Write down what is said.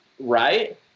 right